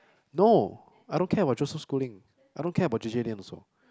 no I don't care about Joseph-Schooling I don't care about J_J-Lin also